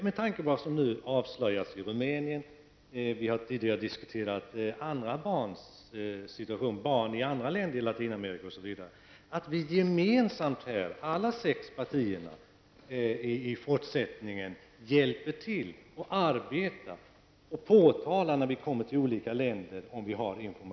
Med tanke på vad som nu avslöjats i Rumänien -- vi har också tidigare diskuterat barnens situation i andra länder, t.ex. i Latinamerika -- är det viktigaste nu att vi alla sex partier vinnlägger oss om att i fortsättningen gemensamt hjälpa till och arbeta för att komma till rätta med dessa missförhållanden.